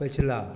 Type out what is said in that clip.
पछिला